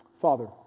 Father